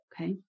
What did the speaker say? Okay